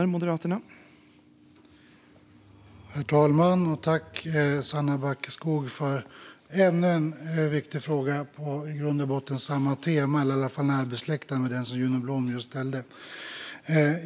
Herr talman! Tack, Sanna Backeskog, för ännu en viktig fråga! I grund och botten är den närbesläktad med den som Juno Blom just ställde.